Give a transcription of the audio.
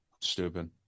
stupid